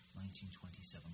1927